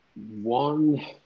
One